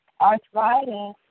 Arthritis